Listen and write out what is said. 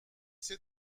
c’est